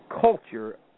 culture